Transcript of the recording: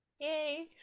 Yay